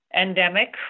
endemic